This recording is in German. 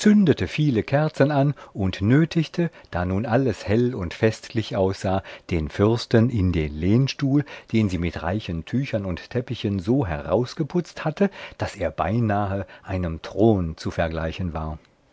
viele kerzen an und nötigte da nun alles hell und festlich aussah den fürsten in den lehnstuhl den sie mit reichen tüchern und teppichen so herausgeputzt hatte daß er beinahe einem thron zu vergleichen war